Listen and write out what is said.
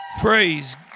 Praise